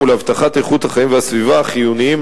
ולהבטחת איכות החיים והסביבה החיוניים